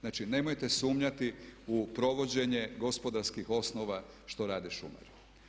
Znači, nemojte sumnjati u provođenje gospodarskih osnova što rade šumari.